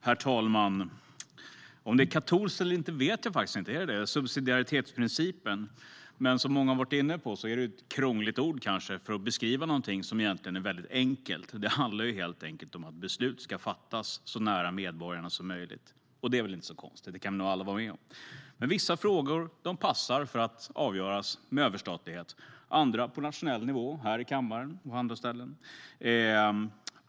Herr talman! Om ordet "subsidiaritetsprincipen" är katolskt eller inte vet jag faktiskt inte. Men som många varit inne på är det kanske ett krångligt ord för att beskriva någonting som egentligen är väldigt enkelt. Det handlar helt enkelt om att beslut ska fattas så nära medborgarna som möjligt. Och det är väl inte så konstigt. Det kan vi nog alla hålla med om. Vissa frågor passar för att avgöras med överstatlighet, andra på nationell nivå här i kammaren och på andra ställen.